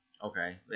Okay